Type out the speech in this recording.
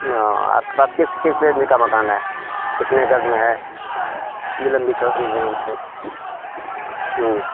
ہاں آپ کے پاس کس کس ن کاا مکان ہے کتنے قزم ہے کتنی لمبی چی